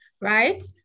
right